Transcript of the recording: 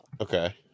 Okay